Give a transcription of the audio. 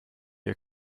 ihr